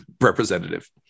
representative